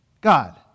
God